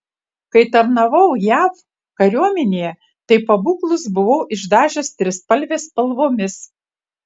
kai tarnavau jav kariuomenėje tai pabūklus buvau išdažęs trispalvės spalvomis